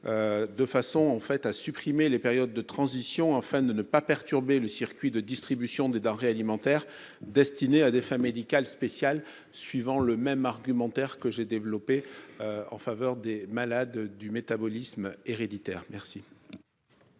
en fait à supprimer les périodes de transition afin de ne pas perturber le circuit de distribution des denrées alimentaires destinés à des fins médicales spécial suivant le même argumentaire que j'ai développé. En faveur des malades du métabolisme héréditaire, merci.--